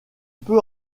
peut